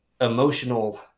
emotional